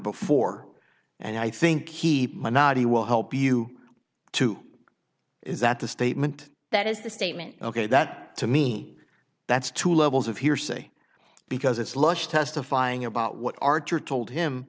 before and i think he might not he will help you too is that the statement that is the statement ok that to me that's two levels of hearsay because it's lush testifying about what archer told him